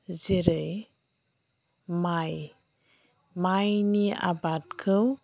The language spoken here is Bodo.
जेरै माइ माइनि आबादखौ